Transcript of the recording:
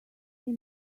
see